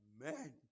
Amen